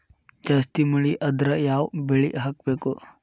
ಜಾಸ್ತಿ ಮಳಿ ಆದ್ರ ಯಾವ ಬೆಳಿ ಹಾಕಬೇಕು?